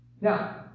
now